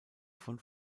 von